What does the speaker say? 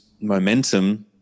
momentum